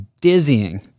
dizzying